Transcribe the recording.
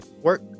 work